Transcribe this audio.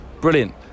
Brilliant